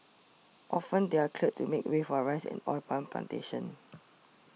often they are cleared to make way for a Rice and Oil Palm Plantations